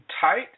tight